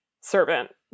servant